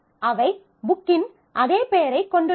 அவை புக்கின் அதே பெயரைக் கொண்டுள்ளன